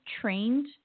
trained